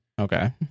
Okay